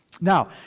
now